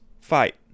Fight